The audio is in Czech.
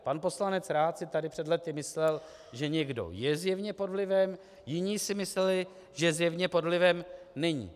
Pan poslanec Rath si tady před lety myslel, že někdo je zjevně pod vlivem, jiní si mysleli, že zjevně pod vlivem není.